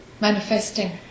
manifesting